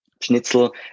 schnitzel